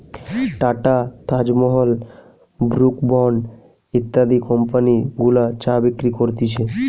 tata, Taj Mahal, Brooke Bond ইত্যাদি company গুলা চা বিক্রি করতিছে